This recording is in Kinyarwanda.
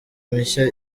mishya